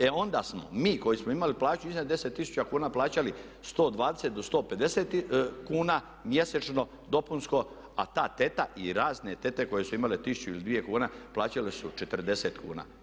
E onda smo mi koji smo imali plaću iznad 10 tisuća kuna plaćali 120 do 150 kuna mjesečno dopunsko a ta teta i razne tete koje su imale 1000 ili 2000 tisuće kuna plaćale su 40 kuna.